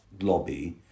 lobby